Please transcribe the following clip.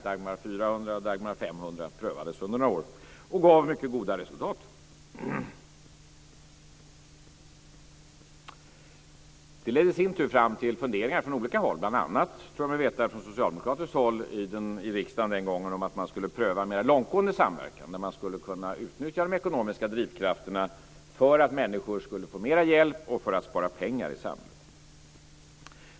Dagmar 400 och Dagmar 500 prövades under några år och gav mycket goda resultat. Det ledde i sin tur fram till funderingar på lite olika håll, bl.a. från socialdemokratiskt håll tror jag mig veta, i riksdagen om att man skulle pröva en mer långtgående samverkan. Man skulle då kunna utnyttja de ekonomiska drivkrafterna för att människor skulle få mer hjälp och för att spara pengar i samhället.